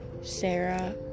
Sarah